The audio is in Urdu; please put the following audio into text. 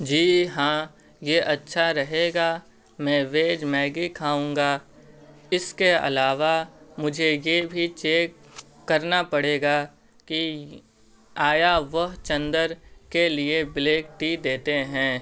جی ہاں یہ اچھا رہے گا میں ویج میگی کھاؤں گا اس کے علاوہ مجھے یہ بھی چیک کرنا پڑے گا کہ آیا وہ چندر کے لیے بلیک ٹی دیتے ہیں